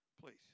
please